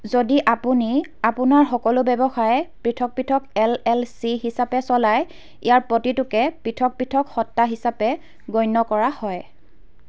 যদি আপুনি আপোনাৰ সকলো ব্যৱসায় পৃথক পৃথক এল এল চি হিচাপে চলায় ইয়াৰ প্ৰতিটোকে পৃথক পৃথক সত্তা হিচাপে গণ্য কৰা হয়